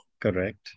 Correct